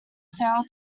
sale